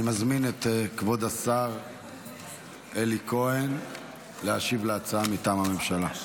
אני מזמין את כבוד השר אלי כהן להשיב על ההצעה מטעם הממשלה.